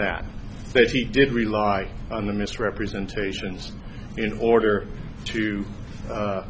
that he did rely on the misrepresentations in order to